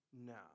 now